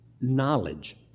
knowledge